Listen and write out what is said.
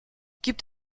gibt